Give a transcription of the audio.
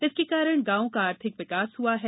इसके कारण गांवों का आर्थिक विकास हुआ है